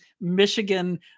Michigan